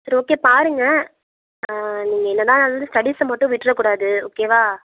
சரி ஓகே பாருங்க நீங்கள் என்னதான் ஆனாலும் ஸ்டெடிஸ்ஸை மட்டும் விட்டுறக்கூடாது ஓகேவா